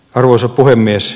arvoisa puhemies